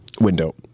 Window